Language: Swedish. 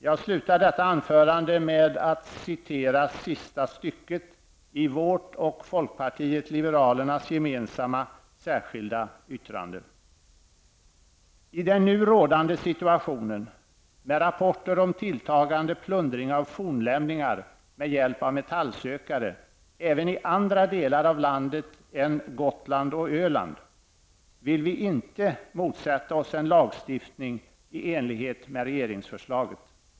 Jag slutar detta anförande med att citera sista stycket i vårt och folkpartiet liberalernas gemensamma särskilda yttrande: ''I den nu rådande situationen -- med rapporter om tilltagande plundring av fornlämningar med hjälp av metallsökare även i andra delar av landet än Gotland och Öland -- vill vi inte motsätta oss en lagstiftning i enlighet med regeringsförslaget.